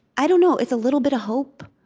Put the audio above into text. i don't know it's a little bit of hope.